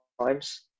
times